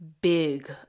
big